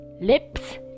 lips